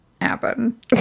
happen